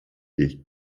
ich